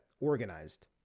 organized